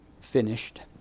finished